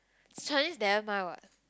Chinese never mind what